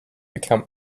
become